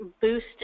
boost